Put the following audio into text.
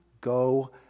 go